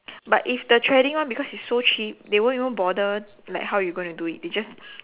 but if the threading one because it's so cheap they won't even bother like how you going to do it they just